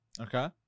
okay